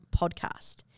Podcast